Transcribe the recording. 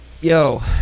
Yo